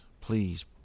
please